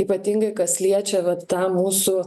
ypatingai kas liečia vat tą mūsų